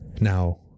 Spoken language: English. now